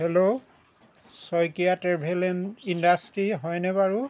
hello Saikia travel and industry হয়নে বাৰু